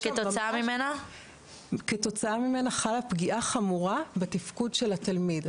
כתוצאה ממנה חלה פגיעה חמורה בתפקוד של התלמיד.